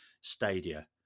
Stadia